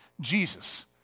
Jesus